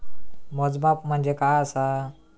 मोजमाप म्हणजे काय असा?